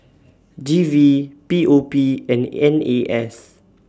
G V P O P and N A S